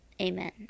amen